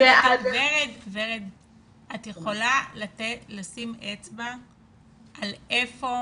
ורד, את יכולה לשים אצבע על איפה